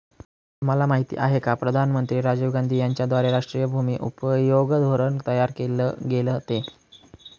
तुम्हाला माहिती आहे का प्रधानमंत्री राजीव गांधी यांच्याद्वारे राष्ट्रीय भूमि उपयोग धोरण तयार केल गेलं ते?